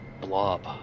blob